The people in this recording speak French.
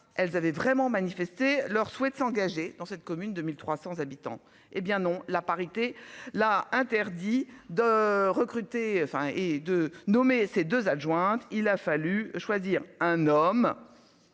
elles avaient vraiment manifesté leur souhait de s'engager dans cette commune de 1300 habitants. Eh bien non. La parité là interdit de recruter, enfin et de nommer ces 2 adjointe, il a fallu choisir un homme.